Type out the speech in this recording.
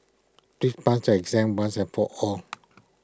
please pass your exam once and for all